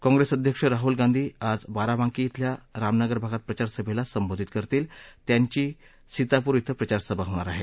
काँप्रेस अध्यक्ष राहुल गांधी आज बाराबांकी धिल्या रामनगर भागात प्रचार सभेला संबोधित करतील त्यांची सीतापूर धिं प्रचारसभा होणार आहे